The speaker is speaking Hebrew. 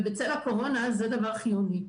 ובצל הקורונה זה דבר חיוני.